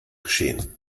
geschehen